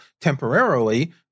temporarily